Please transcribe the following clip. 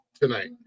tonight